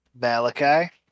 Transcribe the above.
Malachi